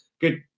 good